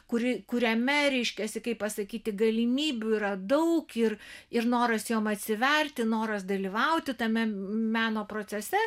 kuri kuriame reiškiasi kaip pasakyti galimybių yra daug ir ir noras jom atsiverti noras dalyvauti tame meno procese